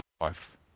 life